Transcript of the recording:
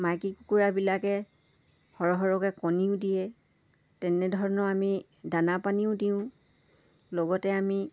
মাইকী কুকুৰাবিলাকে সৰহ সৰহকৈ কণীও দিয়ে তেনেধৰণৰ আমি দানা পানীও দিওঁ লগতে আমি